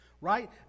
right